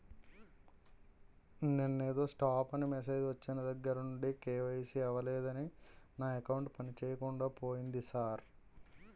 నిన్నేదో స్టాప్ అని మెసేజ్ ఒచ్చిన దగ్గరనుండి కే.వై.సి అవలేదని నా అకౌంట్ పనిచేయకుండా పోయింది సార్